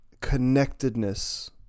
connectedness